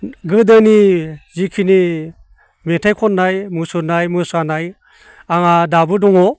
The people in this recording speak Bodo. गोदोनि जिखिनि मेथाइ खननाय मुसुरनाय मोसानाय आंहा दाबो दङ